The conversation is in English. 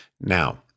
Now